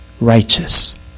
Righteous